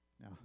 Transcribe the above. Now